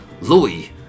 Louis